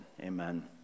Amen